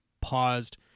paused